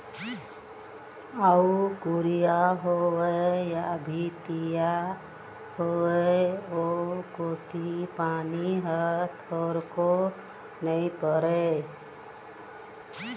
अउ कुरिया होवय या भीतिया होवय ओ कोती पानी ह थोरको नइ परय